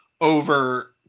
over